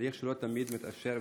הליך שלא תמיד מתאפשר,